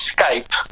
Skype